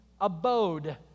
abode